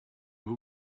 will